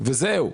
וזהו.